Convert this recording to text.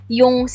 yung